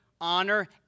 honor